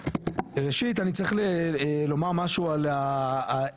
ראשית אני צריך לומר משהו על הרקע,